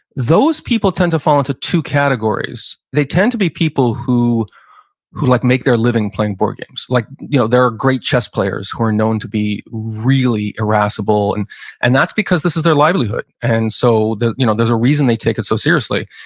those people tend to fall into two categories, they tend to be people who who like make their living playing board games. like you know there are great chess players who are known to be really irascible and and that's because this is their livelihood, and so there's you know there's a reason they take it so seriously.